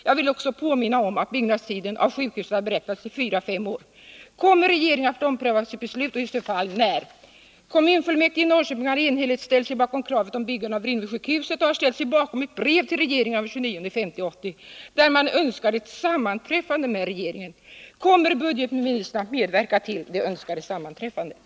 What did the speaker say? Jag vill också påminna om att byggnadstiden för detta sjukhus har beräknats till fyra fem år. Kommer regeringen att ompröva sitt beslut och i så fall när? Kommunfullmäktige i Norrköping har enhälligt anslutit sig till kravet att Vrinnevisjukhuset skall byggas och har ställt sig bakom ett brev till regeringen av den 29 maj 1980, där man önskar ett sammanträffande med regeringen. Kommer budgetministern att medverka till det önskade sammanträffandet?